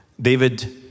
David